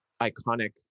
iconic